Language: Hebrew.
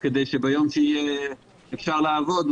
כדי שביום שיהיה אפשר לעבוד,